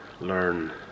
learn